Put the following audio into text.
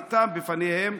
נאטם בפניהם.